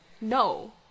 no